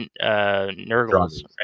Nurgles